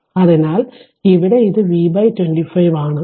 അതിനാൽ ഇവിടെ ഇത് V 25 ആണ്